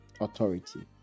authority